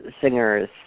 singers